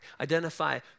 Identify